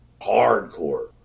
hardcore